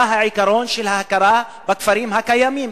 היה העיקרון של ההכרה בכפרים הקיימים.